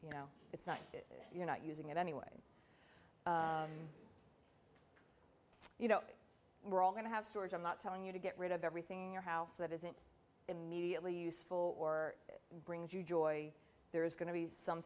you know it's not that you're not using it anyway you know we're all going to have storage i'm not telling you to get rid of everything your house that isn't immediately useful or it brings you joy there is going to be some